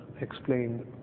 explained